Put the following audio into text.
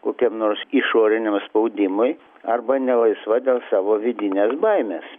kokiam nors išoriniam spaudimui arba nelaisva dėl savo vidinės baimės